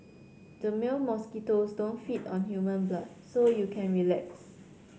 the male mosquitoes don't feed on human blood so you can relax